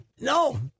no